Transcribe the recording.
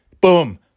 Boom